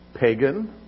pagan